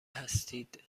هستید